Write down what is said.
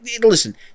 Listen